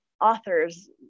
authors